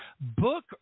Book